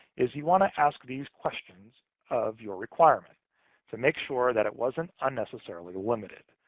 is you want to ask these questions of your requirement to make sure that it wasn't unnecessarily limited.